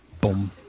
Boom